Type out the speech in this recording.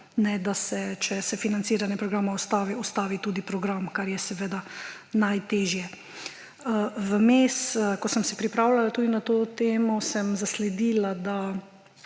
ne, da se, če se financiranje programa ustavi, ustavi tudi program, kar je najtežje. Vmes, ko sem se pripravljala na to temo, sem zasledila, da